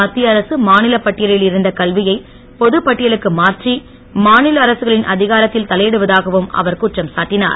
மத்திய அரசு மாநிலப் பட்டியலில் இருந்த கல்வியை பொதுப் பட்டியலுக்கு மாற்றி மாநில அரசுகளின் அதிகாரத்தில் தலையிடுவதாகவும் அவர் குற்றம் சாட்டிஞர்